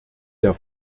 der